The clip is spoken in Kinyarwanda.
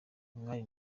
umwali